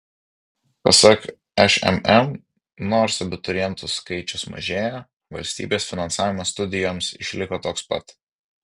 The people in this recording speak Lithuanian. pasak šmm nors abiturientų skaičius mažėja valstybės finansavimas studijoms išliko toks pat